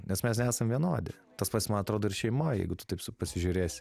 nes mes nesam vienodi tas pats man atrodo ir šeima jeigu tu taip su pasižiūrėsi